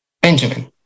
Benjamin